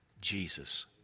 Jesus